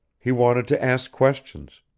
he wanted to ask questions.